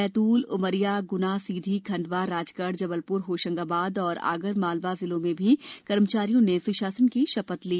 बैतूल उमरिया गुना सीधी खंडवा राजगढ़ जबलपुर होशंगाबाद और आगर मालवा जिले में भी कर्मचारियों ने सुशासन की शपथ ली